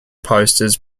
posters